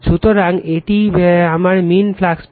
সুতরাং এটি আমার মীন ফ্লাক্স পাথ